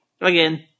again